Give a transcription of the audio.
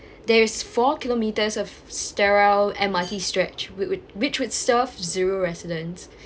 there's four kilometres of sterile M_R_T stretch w~ would which would serve zero residents